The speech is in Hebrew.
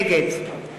נגד